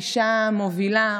היא אישה מובילה,